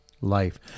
Life